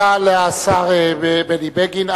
תודה לשר בני בגין.